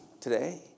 today